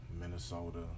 Minnesota